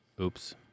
Oops